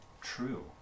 true